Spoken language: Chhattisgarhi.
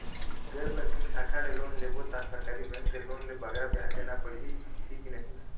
गैर बैंकिंग शाखा ले लोन लेबो ता सरकारी बैंक के लोन ले बगरा ब्याज देना पड़ही ही कि नहीं?